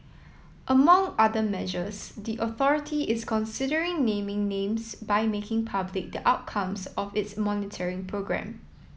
among other measures the authority is considering naming names by making public the outcomes of its monitoring programme